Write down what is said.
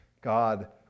God